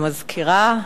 המזכירה,